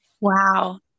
Wow